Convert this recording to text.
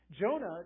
Jonah